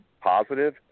positive